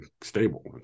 stable